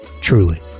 truly